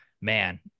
man